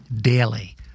daily